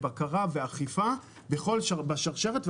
בקרה ואכיפה בשרשרת,